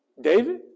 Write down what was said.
David